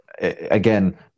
again